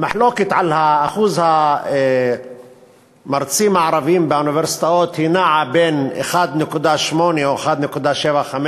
המחלוקת על אחוז המרצים הערבים נעה בין 1.8 או 1.75,